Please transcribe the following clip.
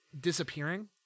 disappearing